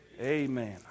Amen